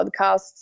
podcasts